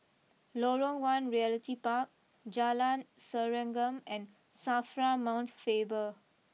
Lorong one Realty Park Jalan Serengam and Safra Mount Faber